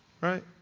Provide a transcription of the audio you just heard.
right